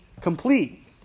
complete